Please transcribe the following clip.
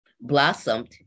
blossomed